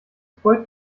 freut